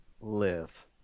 live